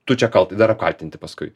tu čia kaltas dar apkaltinti paskui